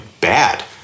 bad